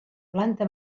planta